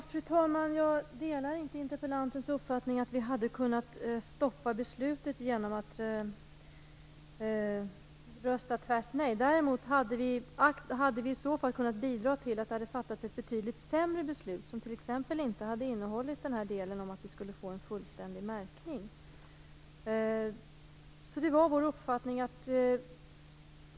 Fru talman! Jag delar inte interpellantens uppfattning att vi hade kunnat stoppa beslutet genom att rösta tvärt nej. Däremot hade vi i så fall kunnat bidra till att det hade fattats ett betydligt sämre beslut, som t.ex. inte hade innehållit den här delen om att vi skall få en fullständig märkning.